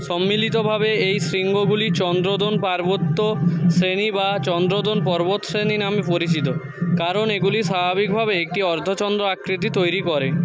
সম্মিলিতভাবে এই শৃঙ্গগুলি চন্দ্রদোণ পার্বত্য শ্রেণী বা চন্দ্রদোণ পর্বতশ্রেণী নামে পরিচিত কারণ এগুলি স্বাভাবিকভাবেই একটি অর্ধচন্দ্র আকৃতি তৈরি করে